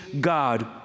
God